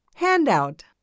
handout